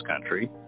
country